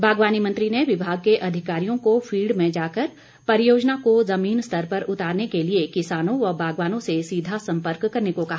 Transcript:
बागवानी मंत्री ने विभाग के अधिकारियों को फील्ड में जाकर परियोजना को जमीन स्तर पर उतारने के लिए किसानों व बागवानों से सीधा सम्पर्क करने को कहा